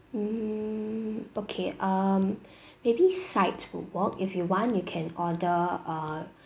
mm okay um maybe side will work if you want you can order a